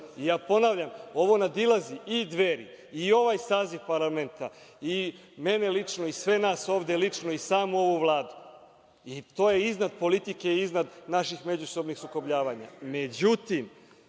i ponavljam ovo nadilazi i Dveri i ovaj saziv parlamenta i mene lično i sve nas ovde lično i samu ovu Vladu, to je iznad politike i iznad naših međusobnih sukobljavanja.Međutim,